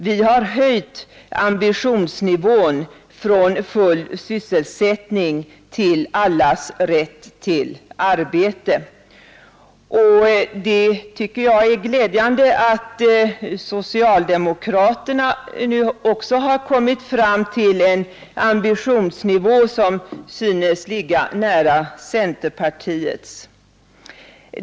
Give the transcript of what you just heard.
Vi har höjt ambitionsnivån från full sysselsättning till allas rätt till arbete.” Det är glädjande att socialdemokraterna nu har kommit fram till en ambitionsnivå, som synes ligga nära centerpartiets.